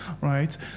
right